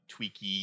tweaky